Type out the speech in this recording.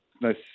nice